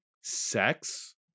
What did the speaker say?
Sex